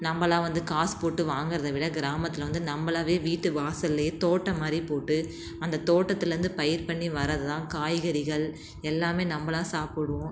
நம்மள்லாம் வந்து காசு போட்டு வாங்கிறத விட கிராமத்தில் வந்து நம்பளாவே வீட்டு வாசல்லேயே தோட்டம் மாதிரி போட்டு அந்த தோட்டத்திலேருந்து பயிர் பண்ணி வரதுதான் காய்கறிகள் எல்லாம் நம்மளாம் சாப்பிடுவோம்